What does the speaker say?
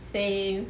same